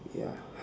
ya